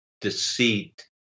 deceit